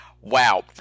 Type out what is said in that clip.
Wow